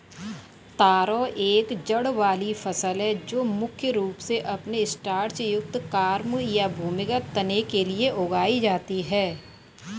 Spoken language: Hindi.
तारो एक जड़ वाली फसल है जो मुख्य रूप से अपने स्टार्च युक्त कॉर्म या भूमिगत तने के लिए उगाई जाती है